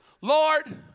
Lord